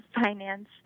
finance